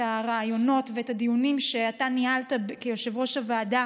הרעיונות ואת הדיונים שאתה ניהלת כיושב-ראש הוועדה